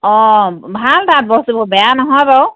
অ' ভাল তাত বস্তুবোৰ বেয়া নহয় বাৰু